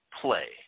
play